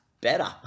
better